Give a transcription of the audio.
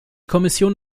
kommission